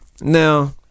Now